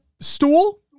Stool